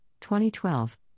2012